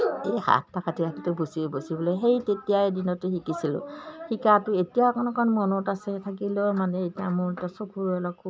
এই হাত আঠটা কাঠিটো বাচিবলৈ সেই তেতিয়াই দিনতে শিকিছিলোঁ শিকাটো এতিয়াও অকণ অকণ মনত আছে থাকিলেও মানে এতিয়া মোৰতো চকুৰ অলপ খুব